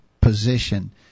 position